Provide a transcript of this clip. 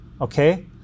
okay